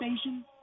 station